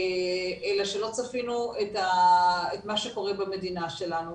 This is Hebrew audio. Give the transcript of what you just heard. אלא שלא צפינו את מה שקורה במדינה שלנו,